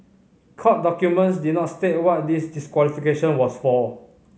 court documents did not state what this disqualification was for